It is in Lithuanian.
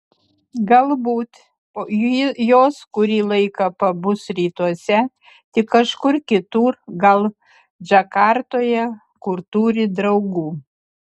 galbūt jos kurį laiką pabus rytuose tik kažkur kitur gal džakartoje kur turi draugų